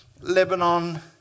Lebanon